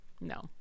No